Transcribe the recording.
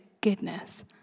goodness